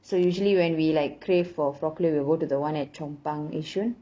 so usually when we like crave for frog leg we will go to the [one] at chong pang yishun